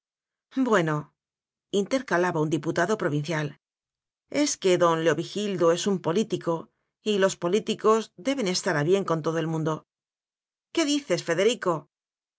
otro buenointercalaba un diputado pro vincial es que don leovigildo es un polí tico y los políticos deben estar a bien con todo el mundo qué dices federico